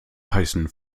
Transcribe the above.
heißen